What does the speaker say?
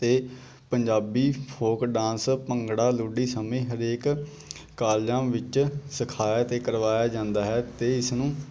ਅਤੇ Punjabi folk dance Bhangra Luddi Sammi ਹਰੇਕ ਕਾਲਜਾਂ ਵਿੱਚ ਸਿਖਾਇਆ ਅਤੇ ਕਰਵਾਇਆ ਜਾਂਦਾ ਹੈ ਅਤੇ ਇਸ ਨੂੰ